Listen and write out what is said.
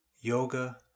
Yoga